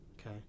Okay